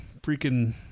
Freaking